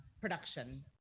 production